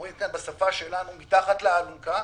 כמו שאומרים בשפה שלנו, מתחת לאלונקה.